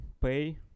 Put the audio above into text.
pay